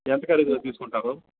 ఎంత ఖరీదు వరకు తీసుకుంటారు